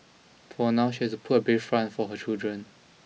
for now she has to put a brave front for her children